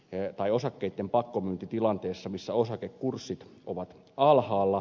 en aio osakkeitten pakkomyynti tilanteessa jossa osakekurssit ovat alhaalla